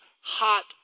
hot